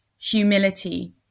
humility